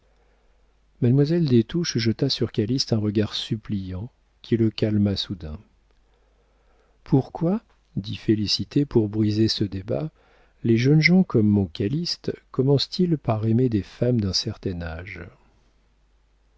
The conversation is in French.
touches jeta sur calyste un regard suppliant qui le calma soudain pourquoi dit félicité pour briser ce débat les jeunes gens comme mon calyste commencent ils par aimer des femmes d'un certain âge